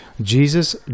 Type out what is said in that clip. Jesus